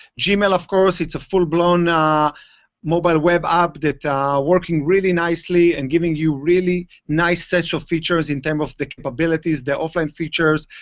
gmail, of course, it's a full blown ah mobile web app that are working really nicely and giving you really nice special features in terms of the capabilities, the offline features,